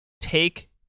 take